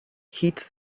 heats